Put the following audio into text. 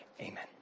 Amen